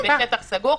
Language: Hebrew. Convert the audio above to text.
שטח סגור,